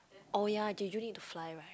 oh yea Jeju need to fly right